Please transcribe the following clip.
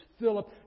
Philip